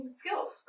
skills